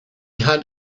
had